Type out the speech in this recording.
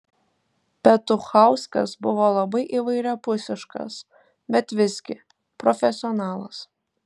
petuchauskas buvo labai įvairiapusiškas bet visgi profesionalas